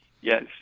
yes